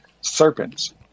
serpents